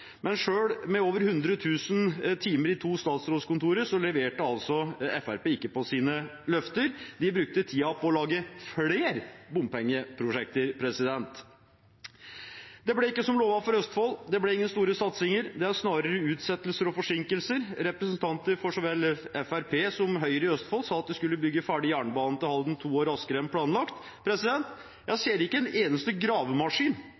Men selv med over 100 000 timer i to statsrådskontorer leverte altså ikke Fremskrittspartiet på sine løfter. De brukte tiden på å lage flere bompengeprosjekter. Det ble ikke som lovet for Østfold. Det ble ingen store satsinger. Det er snarere utsettelser og forsinkelser. Representanter for så vel Fremskrittspartiet som Høyre i Østfold sa at de skulle bygge ferdig jernbanen til Halden to år raskere enn planlagt. Jeg ser ikke en eneste gravemaskin